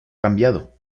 cambiado